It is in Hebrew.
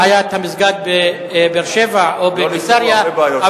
בעיית המסגד בבאר-שבע או בקיסריה,